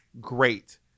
great